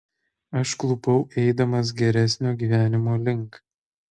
aš klupau eidamas geresnio gyvenimo link